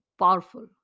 powerful